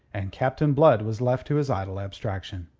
and captain blood was left to his idle abstraction.